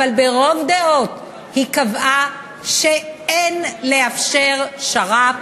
אבל ברוב דעות היא קבעה שאין לאפשר שר"פ